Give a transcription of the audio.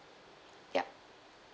ya